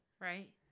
right